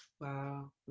Wow